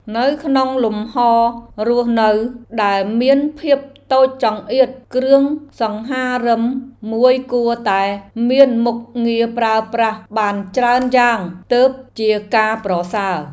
នៅក្នុងលំហររស់នៅដែលមានភាពតូចចង្អៀតគ្រឿងសង្ហារិមមួយគួរតែមានមុខងារប្រើប្រាស់បានច្រើនយ៉ាងទើបជាការប្រសើរ។